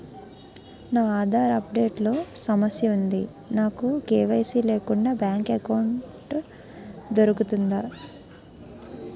నా Aadhaar update లో సమస్య వుంది నాకు కే.వై.సీ లేకుండా బ్యాంక్ ఎకౌంట్దొ రుకుతుందా?